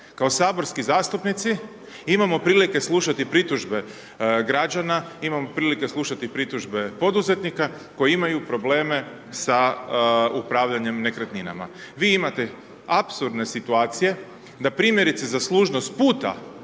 kao saborski zastupnici, imamo prilike slušati pritužbe građana, imamo prilike slušati pritužbe poduzetnika koji imaju probleme sa upravljanjem nekretninama. Vi imate apsurdne situacije da primjerice za služnost puta,